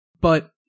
but-